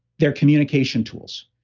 they're communication tools,